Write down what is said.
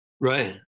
Right